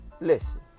Listen